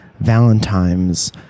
Valentines